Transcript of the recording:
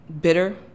bitter